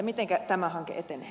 mitenkä tämä hanke etenee